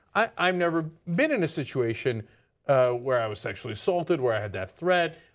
i've never been in a situation where i was sexually assaulted, where i had that threat,